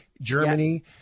Germany